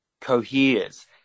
coheres